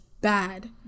bad